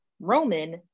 Roman